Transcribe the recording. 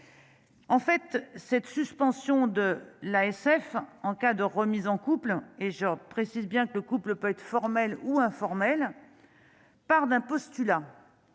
En fait, cette suspension de l'ASF en cas de remise en couple et je précise bien que le couple peut être formel ou informel, part d'un postulat